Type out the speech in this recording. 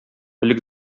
элек